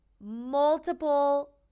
multiple